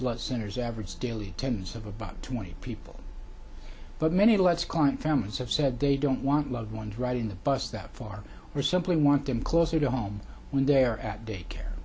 blood center's average daily attendance of about twenty people but many lets client families have said they don't want loved ones riding the bus that far or simply want them closer to home when they are at daycare